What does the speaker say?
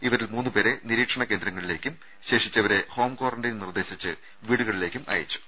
ഇവരിൽ മൂന്നുപേരെ നിരീക്ഷണ കേന്ദ്രങ്ങളിലേയ്ക്കും ശേഷിച്ചവരെ ഹോം ക്വാറന്റൈൻ നിർദ്ദേശിച്ച് വീടുകളിലേക്കും അയച്ചു